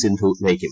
സിന്ധു നയിക്കും